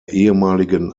ehemaligen